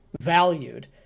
valued